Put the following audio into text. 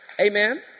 Amen